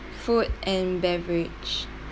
food and beverage